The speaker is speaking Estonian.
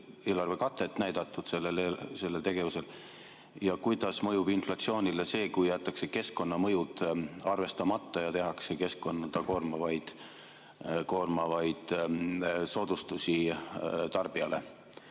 eelarvekatet näidatud sellele tegevusele. Kuidas mõjub inflatsioonile see, kui jäetakse keskkonnamõjud arvestamata ja tehakse keskkonda koormavaid soodustusi tarbijale?